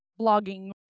blogging